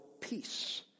peace